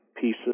pieces